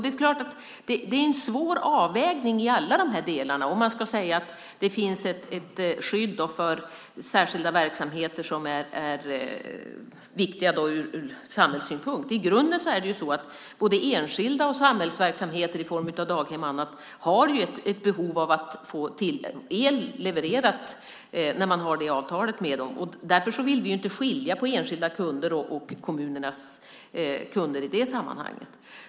Det är en svår avvägning i alla de här delarna, om man ska säga att det finns ett skydd för särskilda verksamheter som är viktiga ur samhällssynpunkt. I grunden har ju både enskilda och samhällsverksamheter i form av daghem och annat ett behov av att få el levererad när man har ett sådant avtal, och därför vill vi inte skilja på enskilda kunder och kommunernas kunder i det sammanhanget.